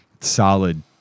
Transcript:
solid